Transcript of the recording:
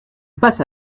passa